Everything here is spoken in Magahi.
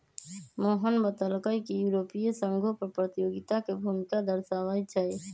मोहन बतलकई कि यूरोपीय संघो कर प्रतियोगिता के भूमिका दर्शावाई छई